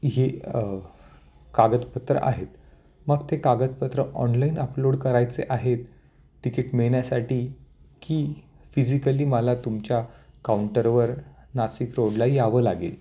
ही कागदपत्र आहेत मग ते कागदपत्र ऑनलाईन अपलोड करायचे आहेत तिकीट मिळण्यासाठी की फिजिकली मला तुमच्या काउंटरवर नाशिक रोडला यावं लागेल